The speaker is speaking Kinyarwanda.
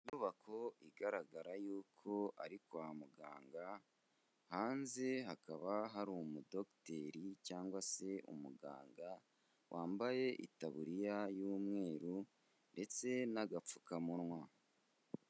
Inyubako igaragara yuko ari kwa muganga, hanze hakaba hari umudogiteri cyangwa se umuganga wambaye itaburiya y'umweru ndetse n'agapfukamunwa.